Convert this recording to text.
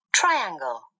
triangle